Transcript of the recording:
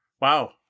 Wow